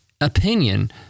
opinion